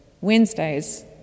Wednesdays